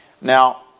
Now